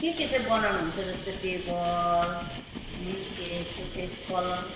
के के चाहिँ बनाउनुहुन्छ जस्तै टेबल मिकेस सोकेस पलङ